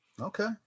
Okay